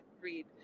read